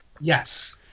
Yes